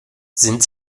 sind